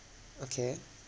okay